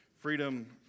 Freedom